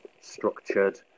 structured